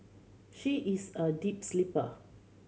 she is a deep sleeper